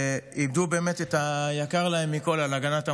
שאיבדו באמת את היקר להם מכול על הגנת המולדת.